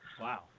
Wow